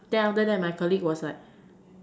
then after that my colleague was like